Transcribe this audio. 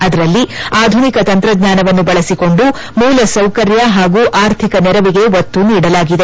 ಅದರಲ್ಲಿ ಆಧುನಿಕ ತಂತ್ರಜ್ಞಾನವನ್ನು ಬಳಸಿಕೊಂಡು ಮೂಲಸೌಕರ್ಯ ಹಾಗೂ ಆರ್ಥಿಕ ನೆರವಿಗೆ ಒತ್ತು ನೀಡಲಾಗಿದೆ